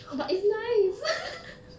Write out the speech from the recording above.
but it's nice